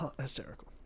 hysterical